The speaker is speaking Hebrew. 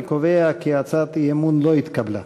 אני קובע כי הצעת האי-אמון לא התקבלה.